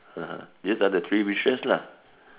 (uh huh) this are the three wishes lah